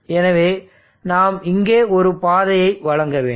எனவேநாம் இங்கே ஒரு பாதையை வழங்க வேண்டும்